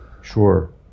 Sure